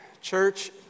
church